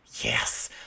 Yes